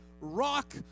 rock